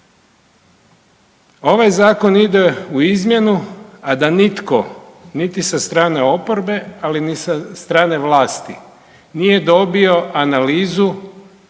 Ovaj Zakon ide u izmjenu, a da nitko, niti sa strane oporbe, ali ni sa strane vlasti nije dobio analizu